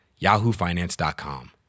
YahooFinance.com